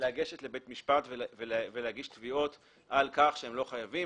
לגשת לבית משפט ולהגיש תביעות על כך שהם לא חייבים,